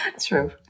true